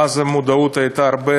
ואז המודעות הייתה הרבה